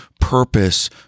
purpose